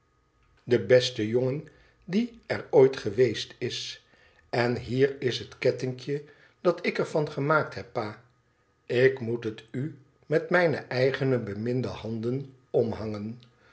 de beste jongen die er ooit geweest is en hier is het kettinkje dat ik er van gemaakt heb pa ik moet het u met mijne eigene beminnende handen omhangen